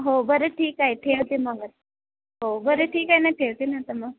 हो बरं ठीक आहे ठेवते मग आता हो बरं ठीक आहे ना ठेवते ना आता मग